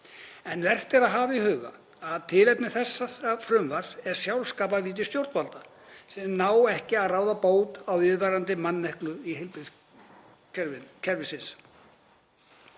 En vert er að hafa í huga að tilefni þessa frumvarps er sjálfskaparvíti stjórnvalda sem ná ekki að ráða bót á viðvarandi mannekluvanda heilbrigðiskerfisins.